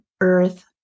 earth